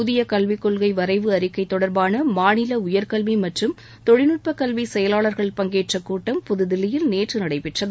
புதிய கல்விக்கொள்கை வரைவு அறிக்கை தொடர்பான மாநில உயர்க்கல்வி மற்றும் தொழில்நுட்பக் கல்வி செயலாளர்கள் பங்கேற்ற கூட்டம் புதுதில்லியில் நேற்று நடைபெற்றது